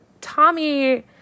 Tommy